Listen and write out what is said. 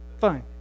Fine